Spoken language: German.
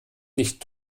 nicht